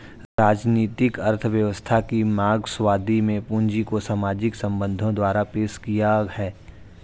राजनीतिक अर्थव्यवस्था की मार्क्सवादी में पूंजी को सामाजिक संबंधों द्वारा पेश किया है